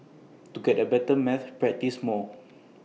to get A better at maths practise more